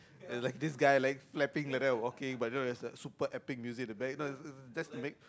like this guy like slapping like that of walking but don't know there's a super epic music at the back you know it's just to make